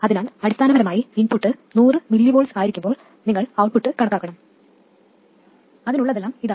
അതിനാൽ അടിസ്ഥാനപരമായി input 100 mV ആയിരിക്കുമ്പോൾ നിങ്ങൾ ഔട്ട്പുട്ട് കണക്കാക്കണം അതിനുള്ളതെല്ലാം അതാണ്